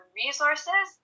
resources